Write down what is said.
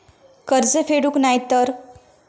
कर्ज फेडूक नाय तर?